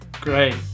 Great